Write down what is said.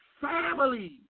family